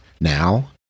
now